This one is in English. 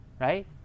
right